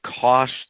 cost